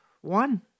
one